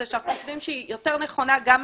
שאנחנו חושבים שהיא יותר נכונה גם משפטית.